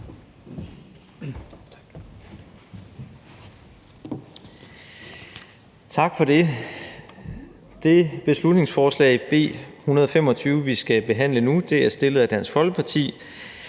Tak for det. Det beslutningsforslag, B 125, vi skal behandle nu, er fremsat af Dansk Folkeparti.